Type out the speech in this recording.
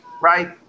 right